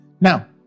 Now